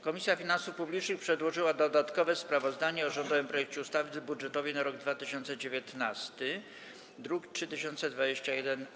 Komisja Finansów Publicznych przedłożyła dodatkowe sprawozdanie o rządowym projekcie ustawy budżetowej na rok 2019, druk nr 3021-A.